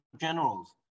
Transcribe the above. generals